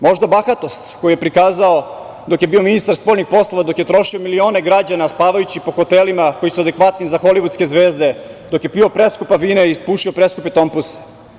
Možda bahatost koju je prikazao dok je bio ministar spoljnih poslova, dok je trošio milione građana, spavajući po hotelima koji su adekvatni za holivudske zvezde, dok je pio preskupa vina i pušio preskupe tompuse.